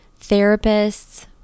therapists